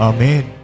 Amen